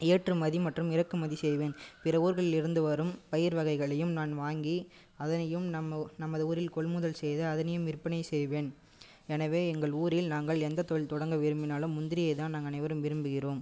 ஏற்றுமதி மற்றும் இறக்குமதி செய்வேன் பிற ஊர்களில் இருந்து வரும் பயிர்வகைகளையும் நான் வாங்கி அதனையும் நம்ம நமது ஊரில் கொள்முதல் செய்து அதனையும் விற்பனை செய்வேன் எனவே எங்கள் ஊரில் நாங்கள் எந்த தொழில் தொடங்க விரும்பினாலும் முந்திரியைதான் நாங்கள் அனைவரும் விரும்புகிறோம்